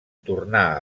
tornà